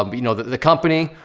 um you know, the company,